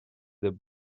the